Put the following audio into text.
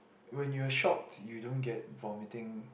when you're shocked you don't get vomiting